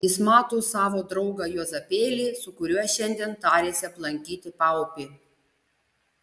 jis mato savo draugą juozapėlį su kuriuo šiandien tarėsi aplankyti paupį